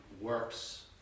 works